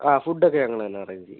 food ഒക്കെ ഞങ്ങൾ തന്നെ അറേഞ്ച് ചെയ്യും